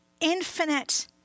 infinite